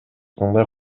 кандай